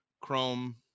chrome